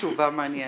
תשובה מעניינת.